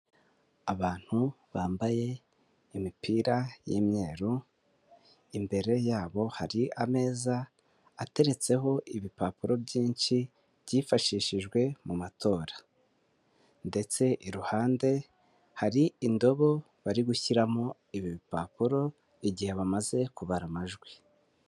Abantu bambaye imipira y'imyeru, imbere yabo hari ameza ateretseho ibipapuro byinshi byifashishijwe mu matora. Ndetse iruhande hari indobo bari gushyiramo ibipapuro, igihe bamaze kubara amajwi.